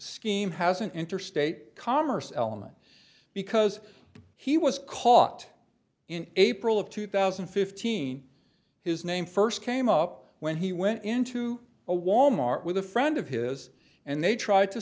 scheme has an interstate commerce element because he was caught in april of two thousand and fifteen his name first came up when he went into a wal mart with a friend of his and they tried to